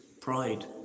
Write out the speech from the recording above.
Pride